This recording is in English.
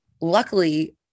luckily